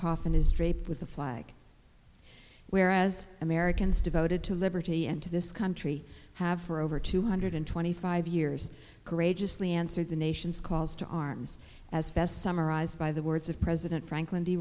coffin is draped with the flag whereas americans devoted to liberty and to this country have for over two hundred twenty five years courageously answered the nation's calls to arms as best summarized by the words of president franklin d